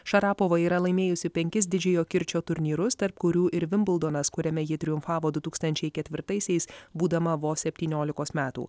šarapova yra laimėjusi penkis didžiojo kirčio turnyrus tarp kurių ir vimbuldonas kuriame ji triumfavo du tūkstančiai ketvirtaisiais būdama vos septyniolikos metų